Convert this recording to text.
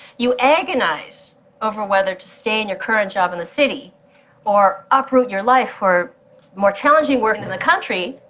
you agonize over whether to stay in your current job in the city or uproot your life for more challenging work and in the country,